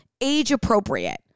age-appropriate